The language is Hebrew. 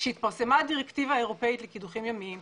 כשהתפרסמה הדירקטיבה האירופאית לקידוחים ימיים,